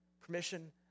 Permission